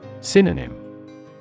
Synonym